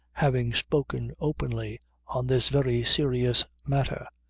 having spoken openly on this very serious matter.